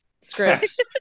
script